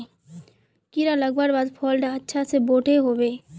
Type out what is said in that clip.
कीड़ा लगवार बाद फल डा अच्छा से बोठो होबे?